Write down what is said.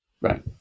Right